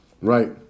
Right